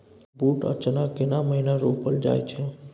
बूट आ चना केना महिना रोपल जाय छै?